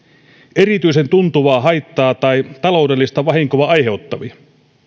erityisen tuntuvaa haittaa tai taloudellista vahinkoa aiheuttavia